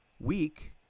week